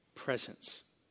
presence